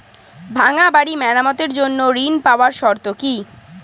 ভাঙ্গা বাড়ি মেরামতের জন্য ঋণ পাওয়ার শর্ত কি?